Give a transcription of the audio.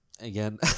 again